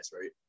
right